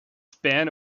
span